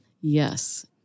Yes